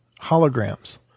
holograms